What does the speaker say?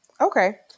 Okay